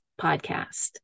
podcast